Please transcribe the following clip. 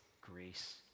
grace